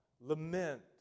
Lament